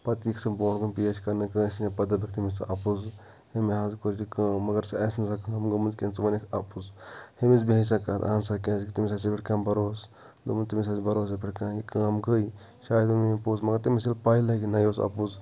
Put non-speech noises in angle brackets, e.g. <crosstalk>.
پَتہٕ <unintelligible> سُہ بونٛٹھ بہٕ پیش کَرنہٕ کٲنٛسہِ نہٕ پَتہٕ دَپکھ تٔمِس ژٕ اَپُز ہے مےٚ حظ کوٚر یہِ کٲم مگر سُہ آسہِ نہٕ سۄ کٲم گٔمٕژ کینٛہہ ژٕ وَنکھ اَپُز ہُمِس بیٚہہِ سۄ کَتھ اہن سا کیٛازِکہِ تٔمِس آسہِ ژےٚ پٮ۪ٹھ کانٛہہ بَروس دوٚپمو تٔمِس آسہِ بَروس ژےٚ پٮ۪ٹھ کانٛہہ یہِ کٲم گٔے شاید ووٚن مےٚ پوٚز مگر تٔمِس ییٚلہِ پَے لَگہِ نَہ یہِ اوس اَپُز